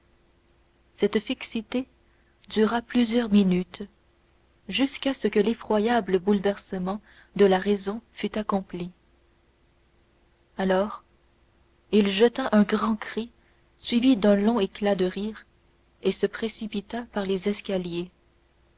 cette fixité dura plusieurs minutes jusqu'à ce que l'effroyable bouleversement de la raison fût accompli alors il jeta un grand cri suivi d'un long éclat de rire et se précipita par les escaliers